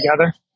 together